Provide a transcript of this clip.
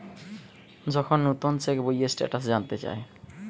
যখন নুতন চেক বইয়ের স্টেটাস জানতে চায়